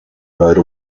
rode